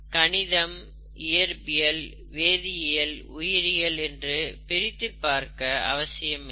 கணிதம் இயற்பியல் வேதியியல் உயிரியல் என்று பிரித்துப்பார்க்க அவசியமில்லை